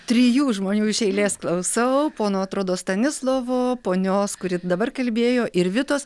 trijų žmonių iš eilės klausau pono atrodo stanislovo ponios kuri dabar kalbėjo ir vitos